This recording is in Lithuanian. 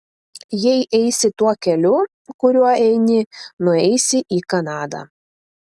jei eisi tuo keliu kuriuo eini nueisi į kanadą